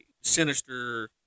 sinister